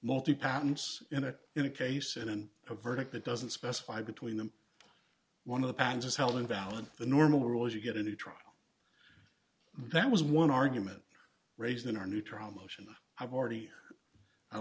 multi patents in a in a case and in a verdict that doesn't specify between them one of the pans is held invalid the normal rule is you get a new trial that was one argument raised in our new trial motion i've already